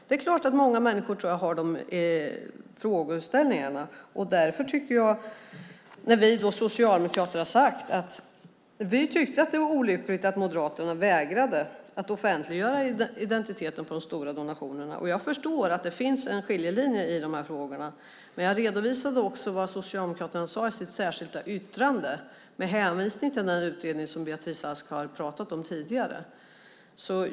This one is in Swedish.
Det är klart att många människor frågar sig detta. Vi Socialdemokrater tyckte att det var olyckligt att Moderaterna vägrade att offentliggöra identiteten på de stora donatorerna. Jag förstår att det finns en skiljelinje i de här frågorna, men jag redovisade också vad Socialdemokraterna sade i sitt särskilda yttrande, med hänvisning till den utredning som Beatrice Ask har pratat om tidigare.